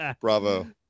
Bravo